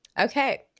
Okay